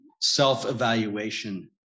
self-evaluation